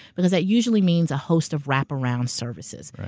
because that usually means a host of wrap-around services.